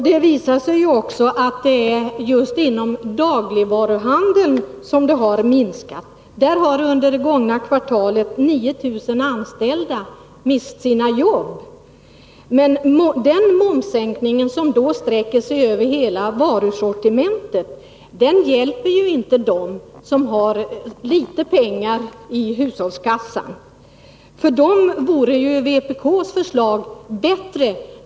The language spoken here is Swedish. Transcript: Det visar sig också att det är just inom dagligvaruhandeln som konsumtionen minskat. Där har under det gångna kvartalet 9 000 anställda mist sina jobb. Men en momssänkning som gäller hela varusortimentet hjälper inte dem som har litet pengar i hushållskassan. För dem vore vpk:s förslag bättre.